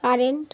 current